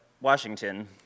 Washington